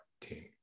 team